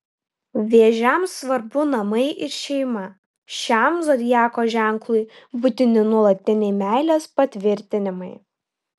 vėžiams svarbu namai ir šeima šiam zodiako ženklui būtini nuolatiniai meilės patvirtinimai